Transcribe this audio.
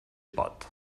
pot